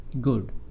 Good